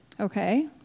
Okay